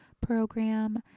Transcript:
program